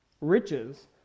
riches